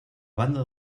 banda